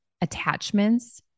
attachments